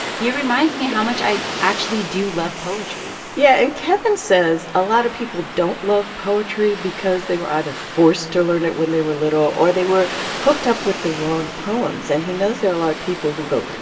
he reminds me how much i actually do love poetry yeah. and kevin says a lot of people don't love poetry because they were either forced to learn it when they were little, or they were hooked up with the wrong poems. and he knows there are a lot of people who go,